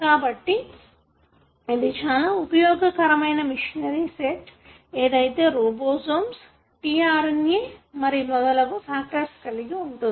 కాబట్టి ఇది చాల ఉపయోగకరమైన మెషినరీ సెట్ ఏదయితే ribosomes t R N A మరి మొదలగు ఫాక్టర్స్ కలిగి ఉంటుంది